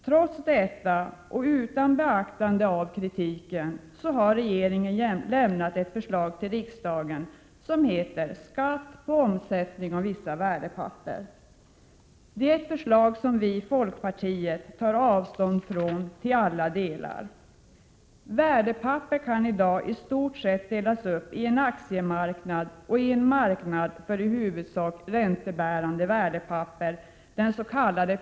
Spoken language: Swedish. Trots detta och utan beaktande av kritiken har regeringen lämnat ett förslag till riksdagen om ”skatt på omsättning av vissa värdepapper”. Det är ett förslag som vi i folkpartiet tar avstånd från till alla delar. Värdepappersmarknaden kan man i dag i stort sett dela i en aktiemarknad och en marknad för i huvudsak räntebärande värdepapper, dens.k.